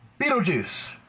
beetlejuice